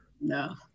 No